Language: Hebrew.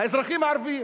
האזרחים הערבים